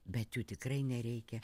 bet jų tikrai nereikia